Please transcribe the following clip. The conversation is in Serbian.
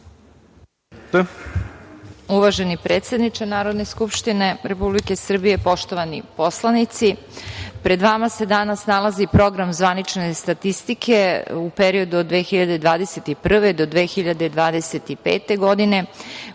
Uvaženi predsedniče Narodne skupštine Republike Srbije, poštovani poslanici, pred vama se danas nalazi Program zvanične statistike u periodu od 2021. do 2025. godine,